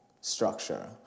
structure